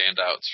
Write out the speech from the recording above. standouts